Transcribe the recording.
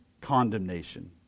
condemnation